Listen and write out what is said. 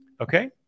okay